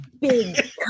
big